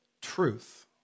truth